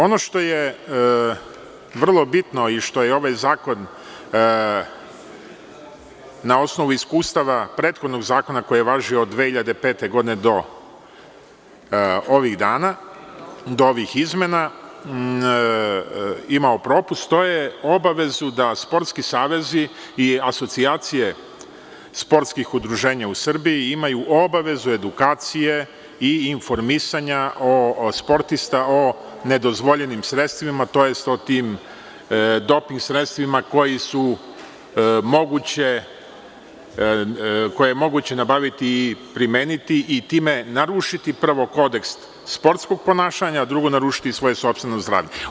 Ono što je vrlo bitno i što je ovaj zakon na osnovu iskustava prethodnog zakona koji je važio od 2005. godine do ovih dana, do ovih izmena imao propust, to je da je imao obavezu da sportski savezi i asocijacije sportskih udruženja u Srbiji imaju obavezu edukacije i informisanja sportista o nedozvoljenim sredstvima, tj. o tim doping sredstvima koje je moguće nabaviti i primeniti i time narušiti, prvo, kodeks sportskog ponašanja, drugo narušiti svoje sopstveno zdravlje.